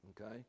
Okay